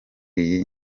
iyi